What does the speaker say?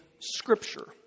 scripture